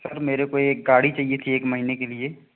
sir मेरे को एक गाड़ी चाहिए थी एक महीने के लिए